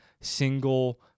single